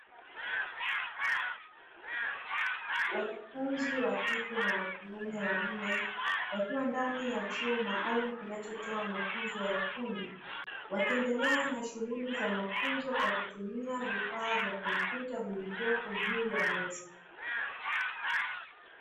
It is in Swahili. Wanafunzi wa kike na wa kiume wanne wakiwa ndani ya chuo maalumu inachotoa mafunzo ya ufundi, wakiendelea na shughuli za mafunzo kwa kutumia vifaa vya kompyuta villivo juu ya meza.